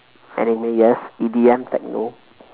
anime yes E_D_M tehcno